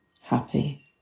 happy